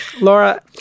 laura